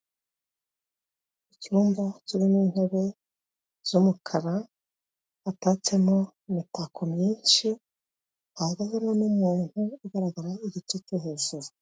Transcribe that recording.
Icyumba kirimo intebe z'umukara, hatatsemo imitako myinshi, hakaba harimo n'umuntu ugaragara igice cyo hejuru.